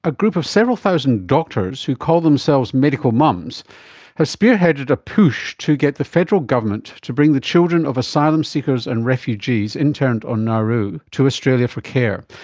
a group of several thousand doctors who call themselves medical mums have spearheaded a push to get the federal government to bring the children of asylum seekers and refugees interned on nauru to australia for care,